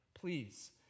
please